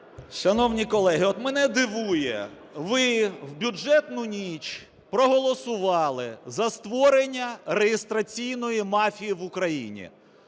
Шановні колеги, от мене дивує, ви в бюджетну ніч проголосували за створення реєстраційної мафії в Україні.